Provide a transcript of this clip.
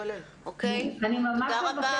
תודה רבה